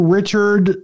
Richard